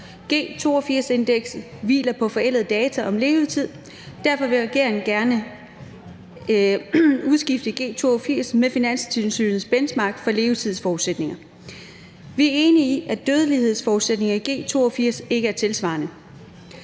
G82-indekset hviler på forældede data om levetid. Derfor vil regeringen gerne udskifte G82 med Finanstilsynets Benchmark for levetidsforudsætninger. Vi er enige i, at dødelighedsforudsætningerne i G82 ikke er tidssvarende